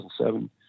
2007